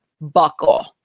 buckle